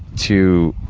to